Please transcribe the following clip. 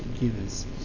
givers